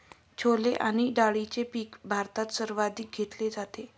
छोले आणि डाळीचे पीक भारतात सर्वाधिक घेतले जाते